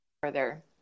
further